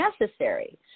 necessary